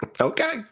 okay